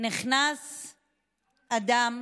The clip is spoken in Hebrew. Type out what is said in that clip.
נכנס אדם,